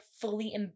fully